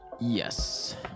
Yes